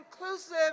inclusive